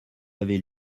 avait